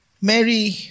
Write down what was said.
Mary